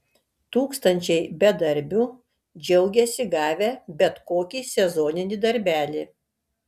tūkstančiai bedarbių džiaugiasi gavę bet kokį sezoninį darbelį